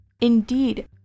Indeed